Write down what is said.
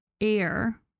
air